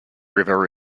river